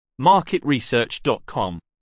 MarketResearch.com